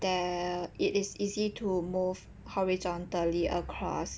there it is easy to move horizontally across